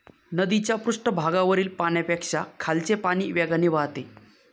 नदीच्या पृष्ठभागावरील पाण्यापेक्षा खालचे पाणी वेगाने वाहते